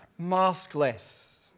maskless